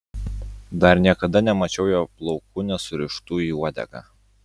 dar niekada nemačiau jo plaukų nesurištų į uodegą